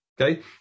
Okay